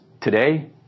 today